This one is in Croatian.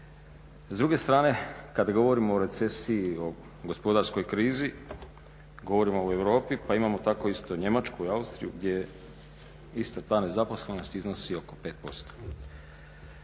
S druge strane kad govorimo o recesiji, o gospodarskoj krizi, govorimo o Europi pa imamo tako isto Njemačku, Austriju gdje isto ta nezaposlenost iznosi oko 5%.